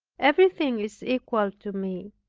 everything is equal to me,